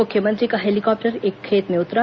मुख्यमंत्री का हेलीकाप्टर एक खेत में उतरा